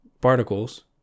particles